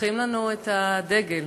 לוקחים לנו את הדגל.